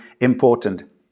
important